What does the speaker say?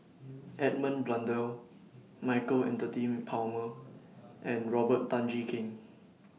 Edmund Blundell Michael Anthony Palmer and Robert Tan Jee Keng